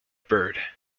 bird